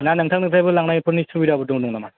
ना नोंथांनिफ्रायबो लांनायफोरनि सुबिदाफोर दंमोन नामा